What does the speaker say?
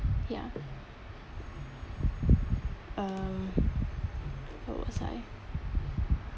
ya um where was I